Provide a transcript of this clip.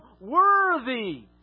worthy